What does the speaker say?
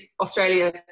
Australia